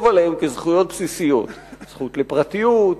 עליהן כעל זכויות בסיסיות :זכות לפרטיות,